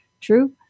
True